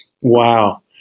Wow